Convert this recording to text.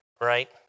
right